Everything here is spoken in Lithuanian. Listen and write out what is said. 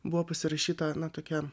buvo pasirašyta na tokia